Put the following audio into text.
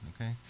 okay